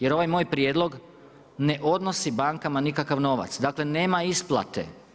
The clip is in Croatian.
Jer ovaj moj prijedlog ne odnosi bankama nikakav novac dakle nema isplate.